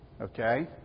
Okay